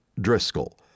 Driscoll